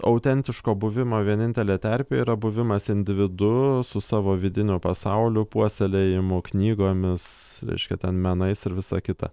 autentiško buvimo vienintelė terpė yra buvimas individu su savo vidinio pasauliu puoselėjimu knygomis reiškia ten menais ir visa kita